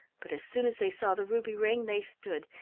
but as soon as they saw the ruby ring they stood,